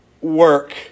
work